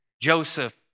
Joseph